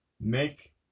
make